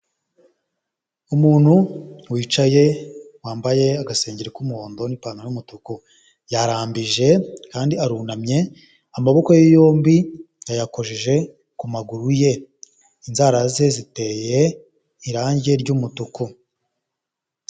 Umuntu wicaye wambaye agasengeri k'umuhondo n'ipantaro y'umutuku yarambije kandi arunamye, amaboko ye yombi yayakojeje ku maguru ye, inzara ze ziteye irange ry'umutuku.